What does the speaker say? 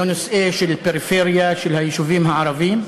לנושאי פריפריה, של היישובים הערביים.